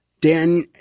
Dan